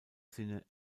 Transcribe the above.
sinne